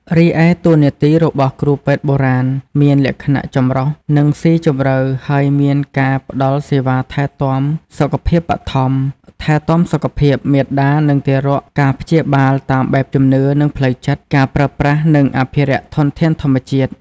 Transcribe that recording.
រីឯ តួនាទីរបស់គ្រូពេទ្យបុរាណ មានលក្ខណៈចម្រុះ និងស៊ីជម្រៅ ហើយមានការ ផ្ដល់សេវាថែទាំសុខភាពបឋម ថែទាំសុខភាពមាតា និងទារក ការព្យាបាលតាមបែបជំនឿ និងផ្លូវចិត្ត ការប្រើប្រាស់ និងអភិរក្សធនធានធម្មជាតិ។